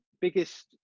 biggest